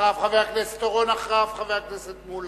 אחריו, חבר הכנסת אורון, ואחריו, חבר הכנסת מולה.